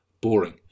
boring